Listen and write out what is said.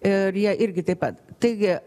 ir jie irgi taip pat taigi